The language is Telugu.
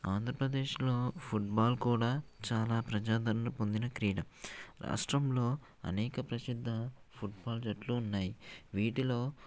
ఆంధ్రప్రదేశ్ను ఫుట్బాల్ కూడా చాలా ప్రజాదారణ పొందిన క్రీడ రాష్ట్రంలో అనేక ప్రసిద్ధ ఫుట్బాల్ జట్లు ఉన్నాయి వీటిలో